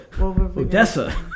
Odessa